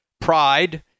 pride